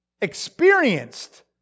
experienced